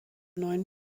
neuen